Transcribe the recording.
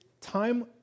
time